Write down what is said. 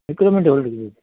हिकिड़ो minute hold कजो